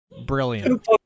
Brilliant